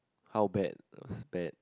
how bad was bad